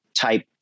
type